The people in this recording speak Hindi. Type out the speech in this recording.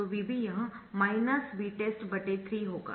तो VB यह Vtest 3 होगा